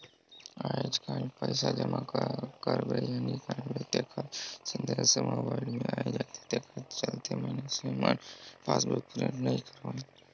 आयज कायल पइसा जमा करबे या निकालबे तेखर संदेश हर मोबइल मे आये जाथे तेखर चलते मइनसे मन पासबुक प्रिंट नइ करवायें